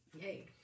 Yay